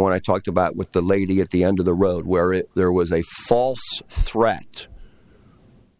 one i talked about with the lady at the end of the road where it there was a false threat